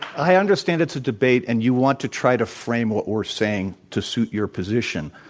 i understand it's a debate, and you want to try to frame what we're saying to suit your position.